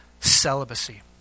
celibacy